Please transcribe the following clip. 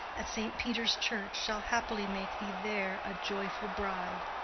at saint peter's church, shall happily make thee there a joyful bride.